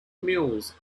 mills